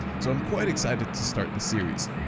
so i'm quite excited to start this series.